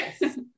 Yes